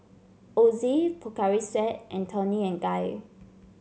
Ozi Pocari Sweat and Toni and Guy